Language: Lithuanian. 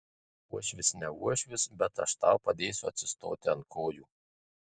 uošvis ne uošvis bet aš tau padėsiu atsistoti ant kojų